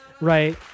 right